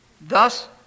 Thus